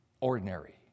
ordinary